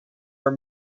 were